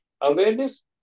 awareness